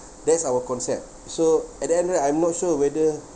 that's our concept so at the end right I'm not sure whether